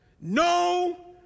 no